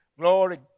Glory